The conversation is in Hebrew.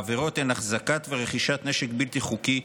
העבירות הן החזקה ורכישה של נשק בלתי חוקי,